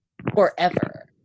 forever